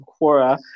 Quora